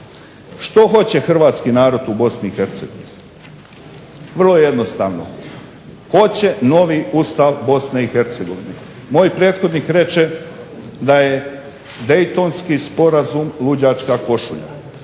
Što hoće hrvatski narod u BiH? Vrlo jednostavno hoće novi Ustav BiH. Moj prethodnik reče da je Daytonski sporazum luđačka košulja.